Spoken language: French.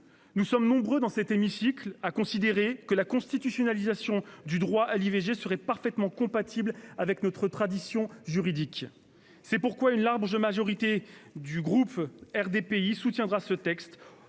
Nous sommes nombreux dans cet hémicycle à considérer que la constitutionnalisation du droit à l'IVG serait parfaitement compatible avec notre tradition juridique. C'est pourquoi une large majorité de sénateurs du groupe RDPI soutiendra ce texte,